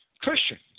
Christians